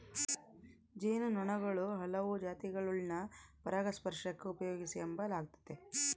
ಜೇನು ನೊಣುಗುಳ ಹಲವು ಜಾತಿಗುಳ್ನ ಪರಾಗಸ್ಪರ್ಷಕ್ಕ ಉಪಯೋಗಿಸೆಂಬಲಾಗ್ತತೆ